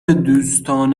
دوستان